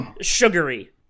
sugary